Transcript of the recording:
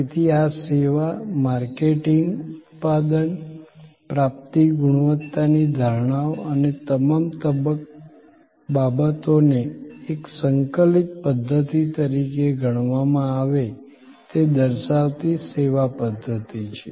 તેથી આ સેવા માર્કેટિંગ ઉત્પાદન પ્રાપ્તિ ગુણવત્તાની ધારણાઓ અને તમામ બાબતોને એક સંકલિત પધ્ધતિ તરીકે ગણવામાં આવે તે દર્શાવતી સેવા પધ્ધતિ છે